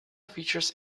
features